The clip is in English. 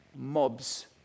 mobs